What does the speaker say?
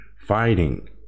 fighting